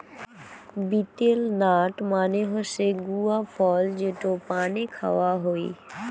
betel nut মানে হসে গুয়া ফল যেটো পানে খাওয়া হই